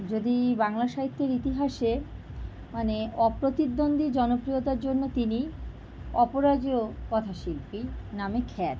যদি বাংলা সাহিত্যের ইতিহাসে মানে অপ্রতিদ্বন্দ্বী জনপ্রিয়তার জন্য তিনি অপরাজেয় কথাশিল্পী নামে খ্যাত